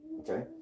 Okay